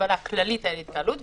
הגבלה כללית על התקהלות,